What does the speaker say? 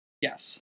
Yes